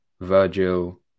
Virgil